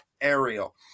Ariel